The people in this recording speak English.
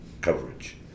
coverage